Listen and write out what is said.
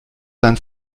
sein